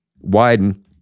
widen